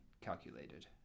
calculated